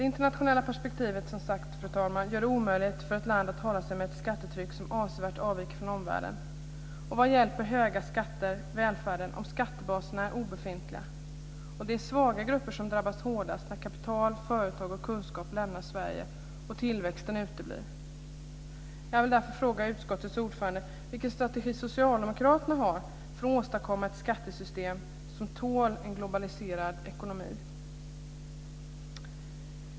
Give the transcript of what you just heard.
Det internationella perspektivet gör det omöjligt för ett land att hålla sig med ett skattetryck som avsevärt avviker från omvärlden. Vad hjälper höga skatter välfärden om skattebaserna är obefintliga? Det är svaga grupper som drabbas hårdast när kapital, företag och kunskap lämnar Sverige och tillväxten uteblir. Fru talman!